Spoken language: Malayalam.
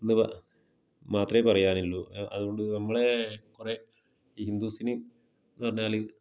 എന്ന് മ മാത്രമേ പറയാനുള്ളു അതുകൊണ്ട് നമ്മളെ കുറെ ഹിന്ദുസീന് എന്ന് പറഞ്ഞാൽ